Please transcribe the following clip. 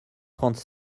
trente